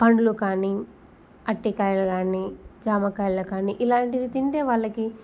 పండ్లు కానీ అరటికాయలు కానీ జామకాయలు కానీ ఇలాంటివి తింటే వాళ్ళకి